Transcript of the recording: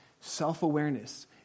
Self-awareness